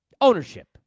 Ownership